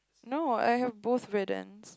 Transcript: no I have both red and